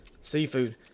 Seafood